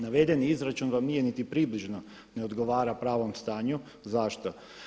Navedeni izračun vam nije niti približno neodgovara pravom stanju, zašto?